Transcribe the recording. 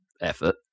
effort